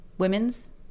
women's